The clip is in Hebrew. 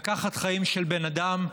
לקחת חיים של בן אדם,